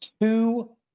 two